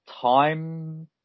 time